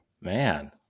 Man